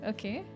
Okay